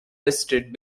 listed